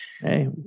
hey